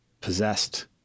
possessed